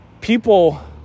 people